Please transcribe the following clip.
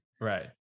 right